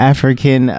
African